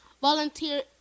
volunteer